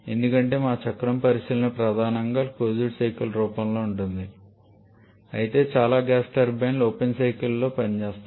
ఎందుకంటే మా చక్రం పరిశీలన ప్రధానంగా క్లోజ్డ్ సైకిల్ రూపంలో ఉంటుంది అయితే చాలా గ్యాస్ టర్బైన్లు ఓపెన్ సైకిల్ రూపంలో పనిచేస్తాయి